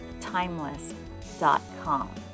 timeless.com